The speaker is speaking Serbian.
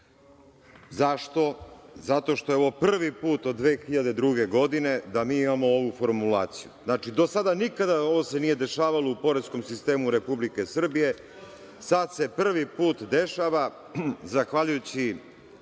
Zašto? Zato što je ovo prvi put od 2002. godine da mi imamo ovu formulaciju. Do sada se to nikada nije dešavalo u poreskom sistemu Srbije. sad se prvi put dešva, zahvaljujući